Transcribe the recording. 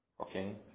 Okay